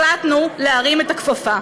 החלטנו להרים את הכפפה.